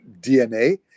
DNA